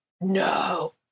No